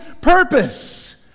purpose